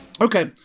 Okay